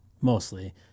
mostly